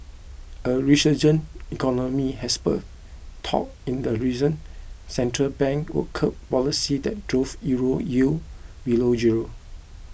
a resurgent economy has spurred talk in the region's central bank will curb policies that drove Euro yields below zero